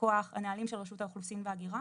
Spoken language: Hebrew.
מכוח הנהלים של רשות האוכלוסין וההגירה